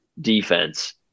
defense